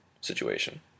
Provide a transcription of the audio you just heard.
situation